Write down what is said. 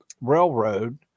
railroad